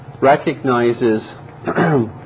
recognizes